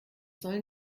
sollen